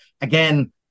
Again